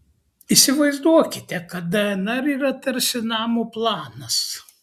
įsivaizduokite kad dnr yra tarsi namo planas